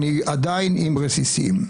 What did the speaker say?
אני עדיין עם רסיסים.